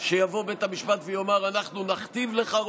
שיבוא בית המשפט ויאמר: אנחנו נכתיב לך,